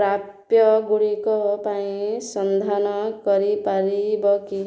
ପ୍ରାପ୍ୟ ଗୁଡ଼ିକ ପାଇଁ ସନ୍ଧାନ କରିପାରିବ କି